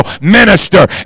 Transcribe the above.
minister